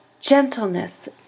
gentleness